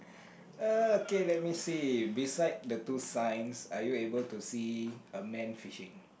uh okay let me see beside the two signs are you able to see a man fishing